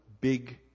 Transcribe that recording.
big